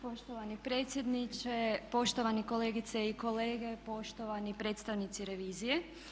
Poštovani predsjedniče, poštovane kolegice i kolege, poštovani predstavnici revizije.